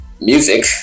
music